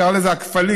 קרא לזה קפלים,